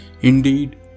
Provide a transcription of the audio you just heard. Indeed